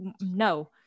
No